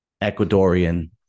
ecuadorian